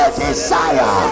desire